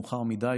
מאוחר מדי,